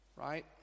right